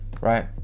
right